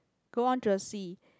go on to the sea